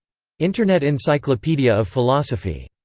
internet encyclopedia of philosophy.